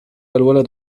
الولد